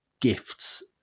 gifts